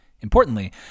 Importantly